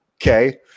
Okay